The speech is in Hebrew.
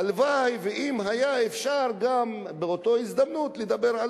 הלוואי שהיה אפשר באותה הזדמנות גם לדבר על